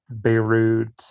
Beirut